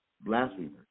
blasphemers